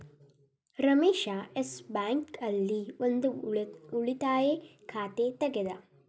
Ramesh Yes Bank ಆಲ್ಲಿ ಒಂದ್ ಉಳಿತಾಯ ಖಾತೆ ತೆಗೆದ